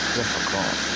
difficult